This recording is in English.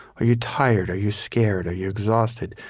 are you tired? are you scared? are you exhausted?